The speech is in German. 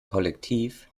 kollektiv